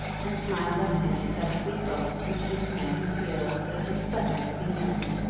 and smiled on him with that sweet look which used to make him feel that it was pleasant to be near her.